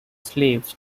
slaves